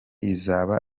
izaba